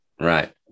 Right